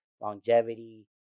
longevity